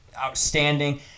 outstanding